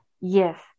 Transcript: Yes